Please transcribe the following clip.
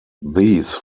these